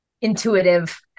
intuitive